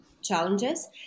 challenges